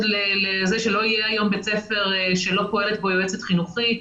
לכך שלא יהיה היום בית ספר שלא פועלת בו יועצת חינוכית.